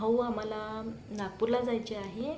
भाऊ आम्हाला नागपूरला जायचे आहे